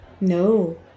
No